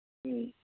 ꯎꯝ